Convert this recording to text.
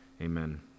amen